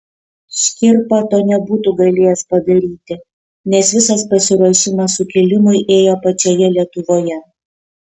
škirpa to nebūtų galėjęs padaryti nes visas pasiruošimas sukilimui ėjo pačioje lietuvoje